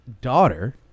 daughter